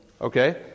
Okay